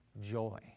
Joy